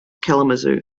kalamazoo